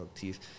teeth